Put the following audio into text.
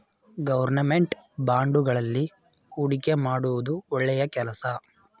government ಬಾಂಡುಗಳಲ್ಲಿ ಹೂಡಿಕೆ ಮಾಡುವುದು ಒಳ್ಳೆಯ ಕೆಲಸ